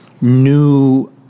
new